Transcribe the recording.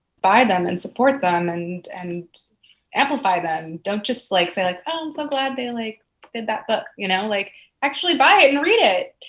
buy them and support them and and amplify them. don't just like say, like oh, i am so glad they like did that book. you know? like actually buy it and read it.